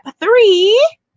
three